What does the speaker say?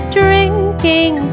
drinking